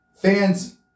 Fans